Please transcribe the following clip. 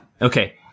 Okay